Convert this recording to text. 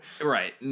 Right